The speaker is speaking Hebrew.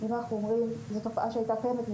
אם אנחנו רואים תופעה שהייתה קיימת,